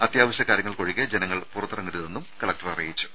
അത്യാവശ്യ കാര്യങ്ങൾക്കൊഴികെ ജനങ്ങൾ പുറത്തിറങ്ങരുതെന്നും കലക്ടർ അറിയിച്ചു